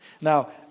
Now